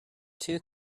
two